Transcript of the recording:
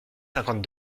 cinquante